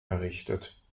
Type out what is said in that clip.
errichtet